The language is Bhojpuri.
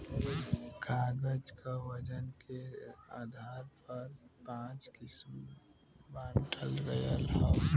कागज क वजन के आधार पर पाँच किसम बांटल गयल हौ